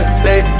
stay